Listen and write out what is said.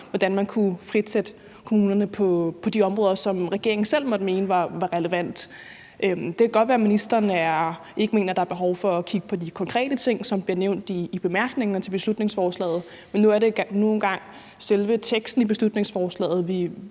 hvordan man kunne frisætte kommunerne på de områder, som regeringen selv måtte mene var relevante. Det kan godt være, at ministeren ikke mener, at der er behov for at kigge på de konkrete ting, som bliver nævnt i bemærkningerne til beslutningsforslaget, men det er nu engang selve teksten i beslutningsforslaget,